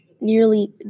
nearly